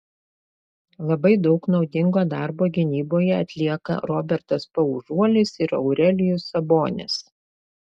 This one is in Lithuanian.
labai daug naudingo darbo gynyboje atlieka robertas paužuolis ir aurelijus sabonis